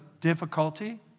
difficulty